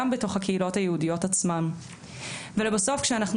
גם בתוך הקהילות היהודיות עצמן ולבסוף כשאנחנו